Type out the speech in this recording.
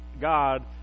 god